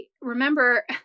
remember